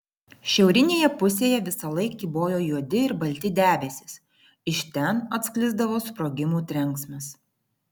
šiaurinėje pusėje visąlaik kybojo juodi ir balti debesys iš ten atsklisdavo sprogimų trenksmas